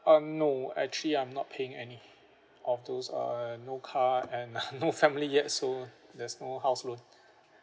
um no actually I'm not paying any of those uh no car and no family yet so there's no house loan